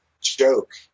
joke